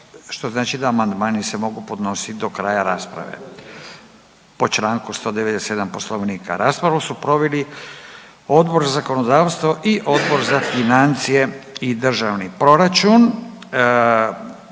čitanje, a amandmani se mogu podnositi do kraja rasprave shodno Članku 197. Poslovnika. Raspravu su proveli Odbor za zakonodavstvo, Odbor za turizam. Želi li predstavnik